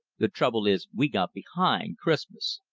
the trouble is we got behind christmas.